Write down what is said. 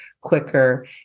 quicker